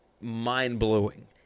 mind-blowing